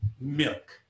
milk